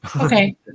okay